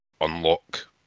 unlock